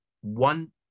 one